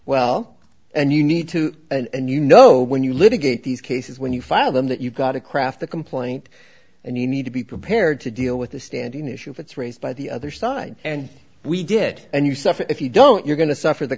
well and you need to and you know when you litigate these cases when you file them that you've got to craft the complaint and you need to be prepared to deal with the standing issue that's raised by the other side and we did and you suffer if you don't you're going to suffer the